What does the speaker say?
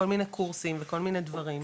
כל מיני קורסים וכל מיני דברים,